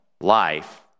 life